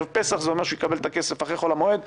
וזה אומר שהוא יקבל את הכסף אחרי חול המועד.